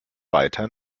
weiter